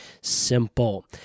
simple